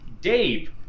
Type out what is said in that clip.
Dave